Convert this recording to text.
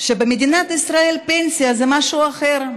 שבמדינת ישראל פנסיה זה משהו אחר.